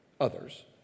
others